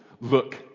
look